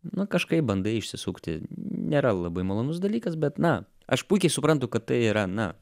nu kažkaip bandai išsisukti nėra labai malonus dalykas bet na aš puikiai suprantu kad tai yra na